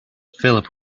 philip